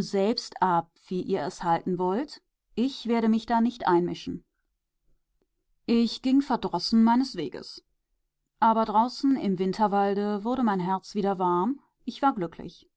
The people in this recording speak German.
selbst ab wie ihr es halten wollt ich werde mich da nicht einmischen ich ging verdrossen meines weges aber draußen im winterwalde wurde mein herz wieder warm ich war glücklich